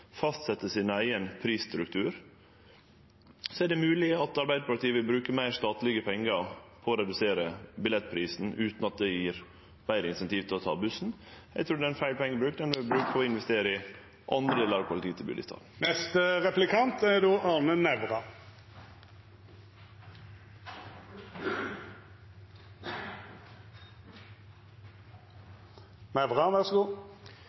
sin eigen prisstruktur. Det er mogleg at Arbeidarpartiet vil bruke meir statlege pengar på å redusere billettprisen utan at det gjev betre incentiv til å ta bussen. Eg trur det er feil pengebruk. Dei kan verte brukte til å investere i andre delar av kollektivtilbodet i staden. Jeg la merke til at statsråden hadde et aldri så